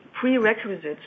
prerequisites